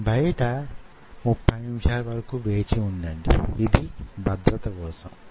పది మైక్రాన్ లు సుమారుగా అయి వుండవచ్చు